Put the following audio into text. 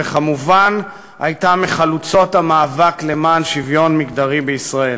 וכמובן הייתה מחלוצות המאבק למען שוויון מגדרי בישראל.